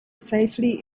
safely